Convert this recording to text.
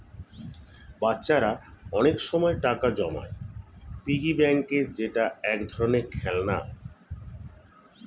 বাচ্চারা অনেক সময় টাকা জমায় পিগি ব্যাংকে যেটা এক ধরনের খেলনা